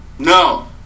No